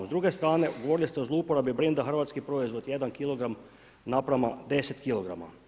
S druge strane, govorili ste o zlouporabi brenda hrvatski proizvod, 1 kg naprama 10 kg.